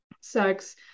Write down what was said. sex